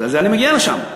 אני מגיע לשם.